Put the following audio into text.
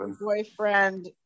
boyfriend